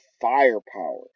firepower